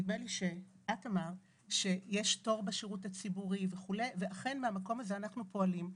נדמה לי שאמרת שיש תור בשירות הציבורי ואכן מהמקום הזה אנחנו פועלים.